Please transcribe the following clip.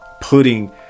putting